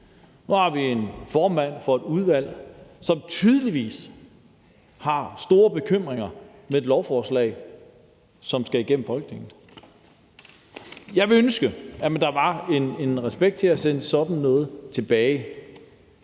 Nu har vi en formand for et udvalg, som tydeligvis har store bekymringer ved et lovforslag, som skal igennem Folketinget. Jeg ville ønske, at der var en respekt i forhold til at sende sådan noget tilbage